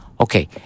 Okay